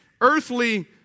earthly